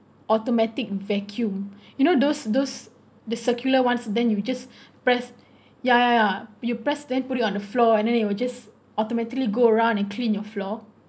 automatic vacuum you know those those the circular [one] then you'll just press ya ya ya you press then put it on the floor and then it'll just automatically go around and clean your floor